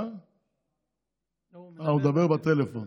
הוא מדבר בטלפון.